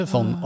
Van